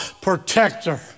protector